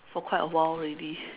for quite a while already